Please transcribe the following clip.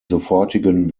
sofortigen